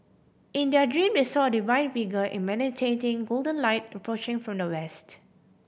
in their dream they saw a divine figure emanating golden light approaching from the west